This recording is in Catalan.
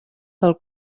del